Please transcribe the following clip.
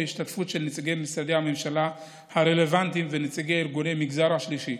בהשתתפותם של נציגי משרדי הממשלה הרלוונטיים ונציגי ארגוני מגזר שלישי.